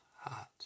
heart